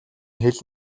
хэл